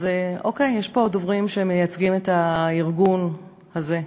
אז אוקיי, יש פה דוברים שמייצגים את הארגון הזה,